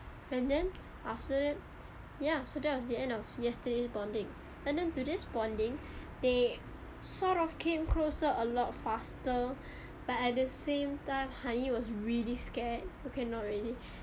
and then after that ya so that was the end of yesterday's bonding and then today's bonding they sort of came closer a lot faster but at the same time honey was really scared okay not really